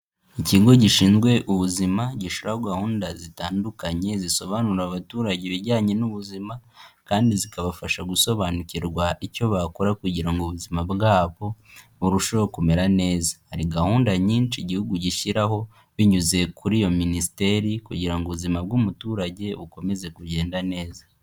Ikigo gishinzwe ubuzima gishyiraho gahunda zitandukanye zisobanurira abaturage ibijyanye n'ubuzima kandi zikabafasha gusobanukirwa icyo bakora kugira ngo ubuzima bwabo burusheho kumera neza, hari gahunda nyinshi Igihugu gishyiraho binyuze kuri iyo Minisiteri kugira ubuzima bw'umuturage bukomeze kugenda neza.